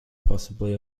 possibly